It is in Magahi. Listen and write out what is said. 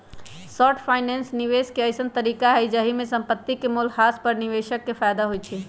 शॉर्ट फाइनेंस निवेश के अइसँन तरीका हइ जाहिमे संपत्ति के मोल ह्रास पर निवेशक के फयदा होइ छइ